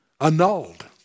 annulled